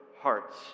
hearts